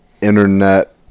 internet